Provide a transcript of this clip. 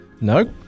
No